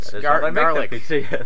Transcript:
garlic